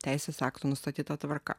teisės aktų nustatyta tvarka